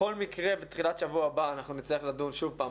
בכל מקרה בתחילת השבוע הבא אנחנו נצטרך לדון שוב פעם